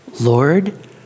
Lord